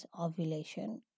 ovulation